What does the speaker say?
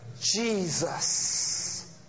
Jesus